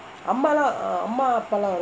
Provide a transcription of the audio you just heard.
அம்மாலாம் அம்மா அப்பாலாம்:ammalaam amma appalaam